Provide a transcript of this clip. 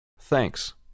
Thanks